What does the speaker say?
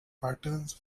patterns